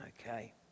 okay